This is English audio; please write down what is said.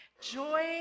joy